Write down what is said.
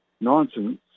nonsense